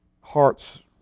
heart's